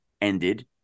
ended